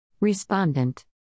Respondent